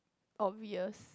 obvious